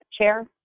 chair